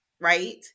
Right